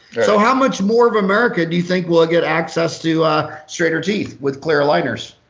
so how much more of america do you think will get access to a straighter teeth with clear aligners,